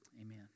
Amen